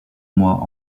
mois